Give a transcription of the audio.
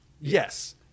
Yes